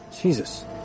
Jesus